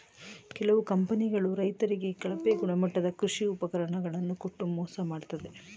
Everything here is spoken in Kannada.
ಕೆಲವು ಕಂಪನಿಗಳು ರೈತರಿಗೆ ಕಳಪೆ ಗುಣಮಟ್ಟದ ಕೃಷಿ ಉಪಕರಣ ಗಳನ್ನು ಕೊಟ್ಟು ಮೋಸ ಮಾಡತ್ತದೆ